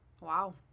wow